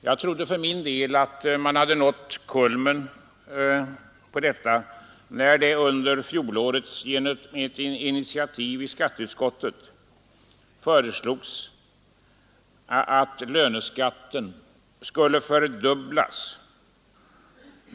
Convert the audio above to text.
Jag trodde för min del att kulmen hade nåtts i detta avseende när det under fjolåret genom initiativ i skatteutskottet föreslogs att löneskatten skulle fördubblas.